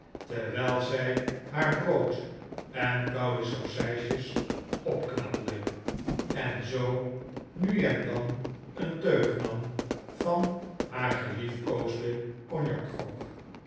terwijl zij haar b r ood en koude sausijsjes opknabbelde en zoo nu en dan een teug nam van haar geliefkoosden cognac grog